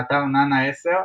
באתר nana10,